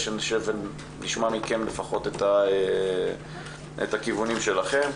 שנשב ונשמע מכם לפחות את הכיוונים שלכם.